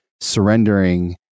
surrendering